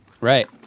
Right